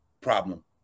problem